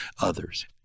others